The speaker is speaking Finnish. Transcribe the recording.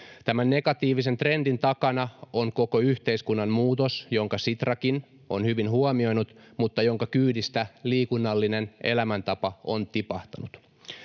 Tämän negatiivisen trendin takana on koko yhteiskunnan muutos, jonka Sitrakin on hyvin huomioinut mutta jonka kyydistä liikunnallinen elämäntapa on tipahtanut.